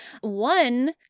One